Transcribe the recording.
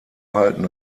halten